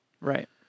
Right